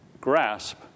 grasp